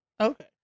Okay